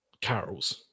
Carol's